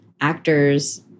actors